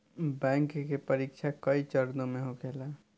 bank के परीक्षा कई चरणों में होखेला